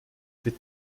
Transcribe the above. wird